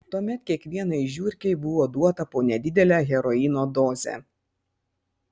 tuomet kiekvienai žiurkei buvo duota po nedidelę heroino dozę